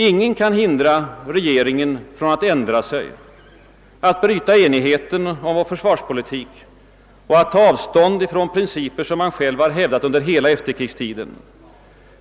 Ingen kan hindra regeringen från att ändra sig, att bryta enigheten om vår försvarspolitik och att ta avstånd från principer som den själv har hävdat under hela efterkrigstiden.